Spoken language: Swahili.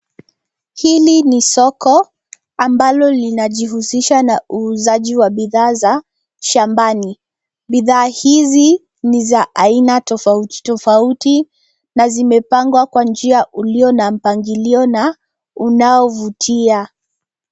Hili ni soko ambalo linajihusisha na uuzaji wa bidhaa za shambani. Bidhaa hizi ni za aina tofauti tofauti na zimepangwa kwa njia ulio na mpangilio na unaovutia.